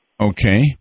Okay